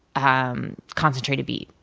ah um concentrated beet.